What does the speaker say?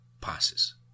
Passes